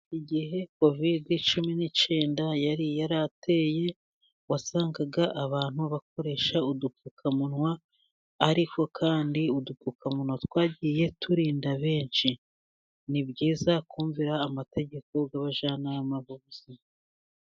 igihe covidi cumi n'icyenda yari yarateye wasangaga abantu bakoresha udupfukamunwa, ariko kandi udupfukamunwa twagiye turinda benshi. Ni byiza kumvira amategeko y'abajyanama b'ubuzima.